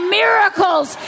miracles